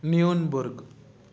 Neunburg